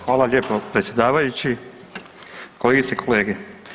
Hvala lijepo predsjedavajući, kolegice i kolege.